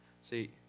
See